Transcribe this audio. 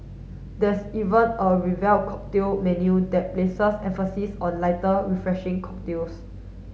there's even a revamped cocktail menu that places emphasis on lighter refreshing cocktails